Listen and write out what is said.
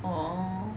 orh